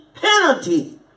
penalty